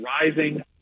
Rising